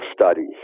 studies